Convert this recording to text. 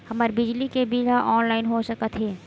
हमर बिजली के बिल ह ऑनलाइन हो सकत हे?